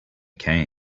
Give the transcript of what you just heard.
came